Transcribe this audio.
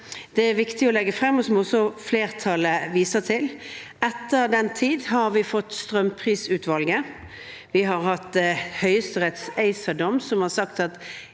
det er viktig å legge frem, og som også flertallet viser til. Etter den tid har vi fått strømprisutvalget. Vi har hatt Høyesteretts ACER-dom, som har sagt at